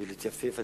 ולהתייפייף.